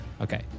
Okay